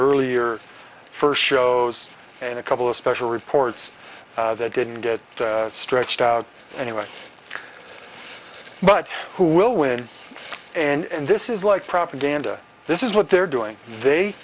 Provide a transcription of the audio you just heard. earlier first shows and a couple of special reports that didn't get stretched out anyway but who will win and this is like propaganda this is what they're doing they